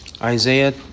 Isaiah